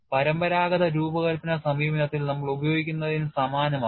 പരമ്പരാഗത രൂപകൽപ്പന സമീപനത്തിൽ നമ്മൾ ഉപയോഗിക്കുന്നതിന് സമാനമാണ്